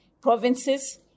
provinces